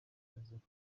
adventures